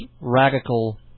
radical